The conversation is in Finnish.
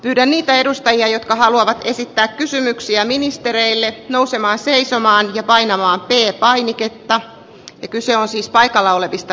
löydä niitä edustajia jotka haluavat esittää kysymyksiä ministereille nousemaan seisomaan ja painamaan peer painiketta ja kyse on siis arvoisa puhemies